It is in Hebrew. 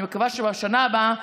אני מקווה שבשנה הבאה,